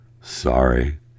Sorry